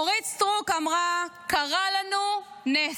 אורית סטרוק אמרה שקרה לנו נס.